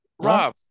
Rob